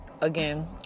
again